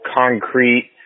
concrete